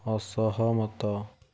ଅସହମତ